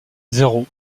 zéro